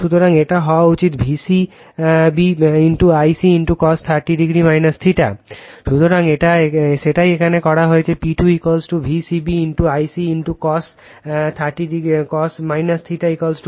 সুতরাং এটি হওয়া উচিত V c b Ic cos 30o θ সুতরাং সেটাই এখানে করা হয়েছে P2 V c b Ic cos cos θ cosθ